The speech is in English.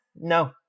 No